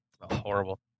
Horrible